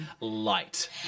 light